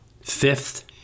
Fifth